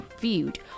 viewed